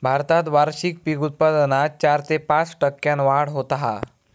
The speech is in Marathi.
भारतात वार्षिक पीक उत्पादनात चार ते पाच टक्क्यांन वाढ होता हा